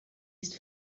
ist